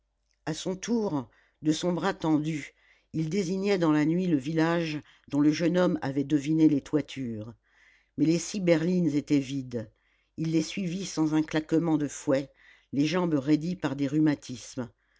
a son tour de son bras tendu il désignait dans la nuit le village dont le jeune homme avait deviné les toitures mais les six berlines étaient vides il les suivit sans un claquement de fouet les jambes raidies par des rhumatismes